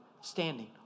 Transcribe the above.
standing